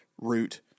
root